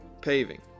paving